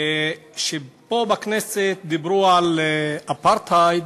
כשפה בכנסת דיברו על אפרטהייד,